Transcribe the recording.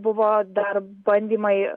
buvo dar bandymai